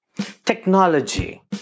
Technology